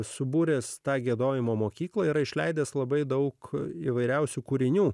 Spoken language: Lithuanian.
subūręs tą giedojimo mokyklą yra išleidęs labai daug įvairiausių kūrinių